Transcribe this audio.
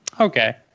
Okay